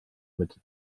mit